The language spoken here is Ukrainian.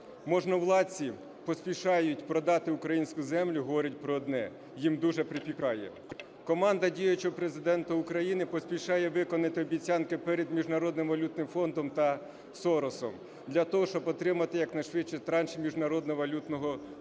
можновладці поспішають продати українську землю, говорить про одне: їм дуже припікає. Команда діючого Президента України поспішає виконати обіцянки перед Міжнародним валютним фондом та Соросом для того, щоб отримати якнайшвидше транш Міжнародного валютного фонду,